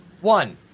One